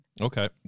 Okay